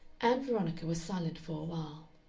ann veronica was silent for a while.